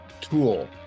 tool